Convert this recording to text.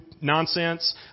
nonsense